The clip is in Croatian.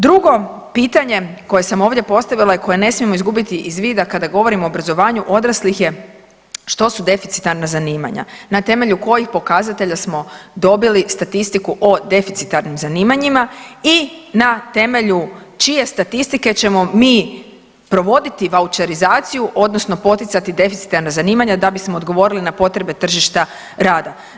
Drugo pitanje koje sam ovdje postavila i koje ne smijemo izgubiti iz vida kada govorimo o obrazovanju odraslih je što su deficitarna zanimanja, na temelju kojih pokazatelja smo dobili statistiku o deficitarnim zanimanjima i na temelju čije statistike ćemo mi provoditi vaučerizaciju odnosno poticati deficitarna zanimanja da bismo odgovorili na potrebe tržišta rada.